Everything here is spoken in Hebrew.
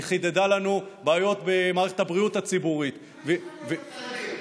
היא חידדה לנו בעיות במערכת הבריאות הציבורית מה יש לך נגד חרדים?